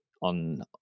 on